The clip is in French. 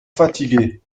fatigué